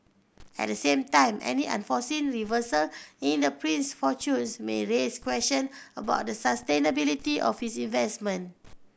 at the same time any unforeseen reversal in the prince fortunes may raise question about the sustainability of his investment